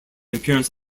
appearance